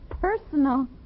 personal